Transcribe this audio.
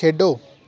ਖੇਡੋ